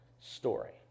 story